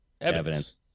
evidence